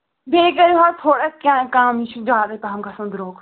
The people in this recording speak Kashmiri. بیٚیہِ کٔرِو حظ تھوڑا کَم یہِ چھُ زیادَے پَہم گژھان درٛوٚگ